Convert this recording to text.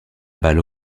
balle